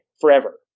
forever